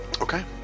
Okay